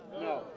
No